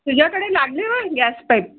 तुझ्याकडे लागले बरं गॅस पाईप